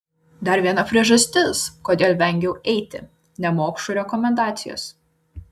dar viena priežastis kodėl vengiau eiti nemokšų rekomendacijos